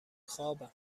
خوابم